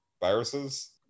viruses